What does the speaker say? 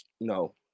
No